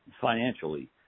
financially